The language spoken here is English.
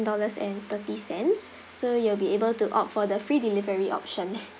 dollars and thirty cents so you'll be able to opt for the free delivery option